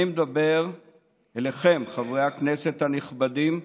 אני מדבר אליכם, חברי הכנסת הנכבדים,